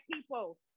people